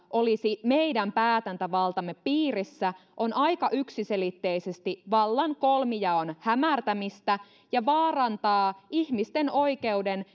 olisi meidän päätäntävaltamme piirissä on aika yksiselitteisesti vallan kolmijaon hämärtämistä ja vaarantaa ihmisten oikeuden